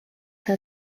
had